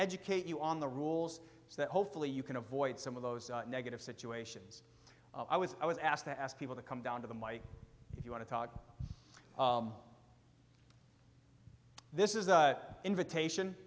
educate you on the rules so that hopefully you can avoid some of those negative situations i was i was asked to ask people to come down to the mike if you want to talk this is the invitation